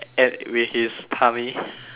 and with his tummy